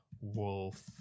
wolf